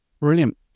Brilliant